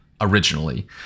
originally